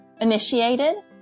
initiated